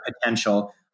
potential